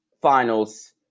finals